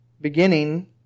beginning